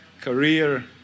career